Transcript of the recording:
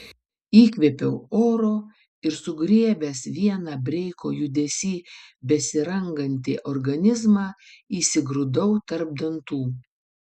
įkvėpiau oro ir sugriebęs vieną breiko judesy besirangantį organizmą įsigrūdau tarp dantų